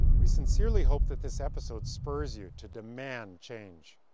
we sincerly hope that this episode spurs you to demand change.